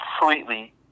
completely